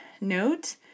note